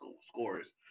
scores